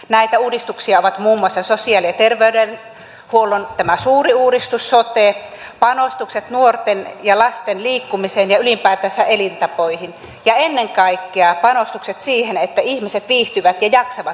näitä uudistuksia ovat muun muassa tämä sosiaali ja terveydenhuollon suuri uudistus sote panostukset nuorten ja lasten liikkumiseen ja ylipäätänsä elintapoihin ja ennen kaikkea panostukset siihen että ihmiset viihtyvät ja jaksavat työssä